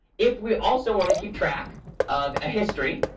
if we also want to keep track of a history,